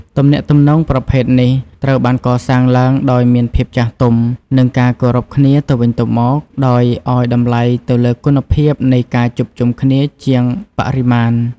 ទំនាក់ទំនងប្រភេទនេះត្រូវបានកសាងឡើងដោយមានភាពចាស់ទុំ និងការគោរពគ្នាទៅវិញទៅមក ដោយឱ្យតម្លៃទៅលើគុណភាពនៃការជួបជុំគ្នាជាងបរិមាណ។